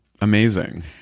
Amazing